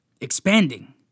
expanding